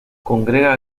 congrega